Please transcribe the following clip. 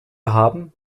haben